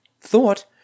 thought